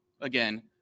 again